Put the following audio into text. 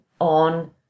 on